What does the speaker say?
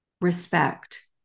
respect